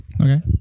Okay